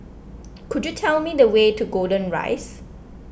could you tell me the way to Golden Rise